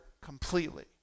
completely